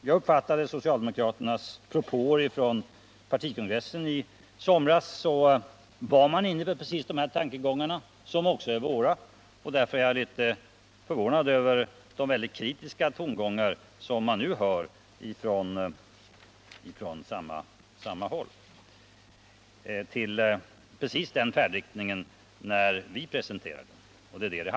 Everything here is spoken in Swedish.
Jag uppfattade socialdemokraternas propåer från partikongressen i somras så, att de var inne på precis de här tankegångarna, som också är våra. Därför är jag litet förvånad över de mycket kritiska tongångar som jag nu hör ifrån samma håll över precis den färdriktningen när vi presenterar den.